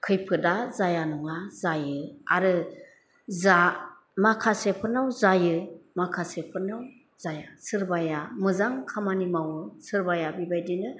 खैफोदआ जाया नङा जायो आरो जा माखासेफोरनाव जायो माखासेफोरनाव जाया सोरबाया मोजां खामानि मावो सोरबाया बेबायदिनो